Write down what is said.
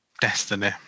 Destiny